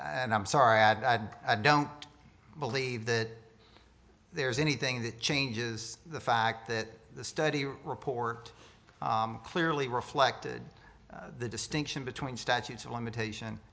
and i'm sorry ad i don't believe that there's anything that changes the fact that the study report clearly reflected the distinction between statutes of limitation